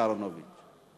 חוק ומשפט.